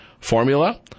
Formula